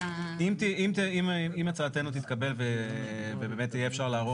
אם הצעתנו תתקבל ובאמת יהיה אפשר לערור